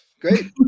great